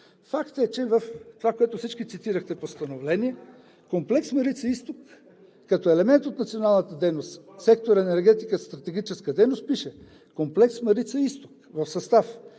Факт е, че в това, което всички цитирахте, постановление, комплекс „Марица изток“ като елемент от националната дейност в сектор „Енергетика“ – стратегическа дейност, пише: „Комплекс „Марица изток“ в състав: